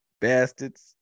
bastards